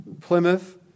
Plymouth